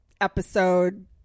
episode